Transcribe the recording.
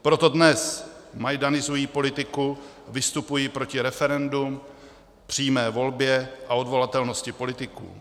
Proto dnes majdanizují politiku, vystupují proti referendu, přímé volbě a odvolatelnosti politiků.